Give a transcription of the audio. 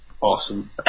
awesome